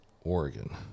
Oregon